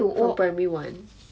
from primary one